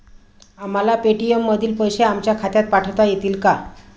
आम्हाला पेटीएम मधील पैसे आमच्या खात्यात पाठवता येतील का?